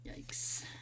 Yikes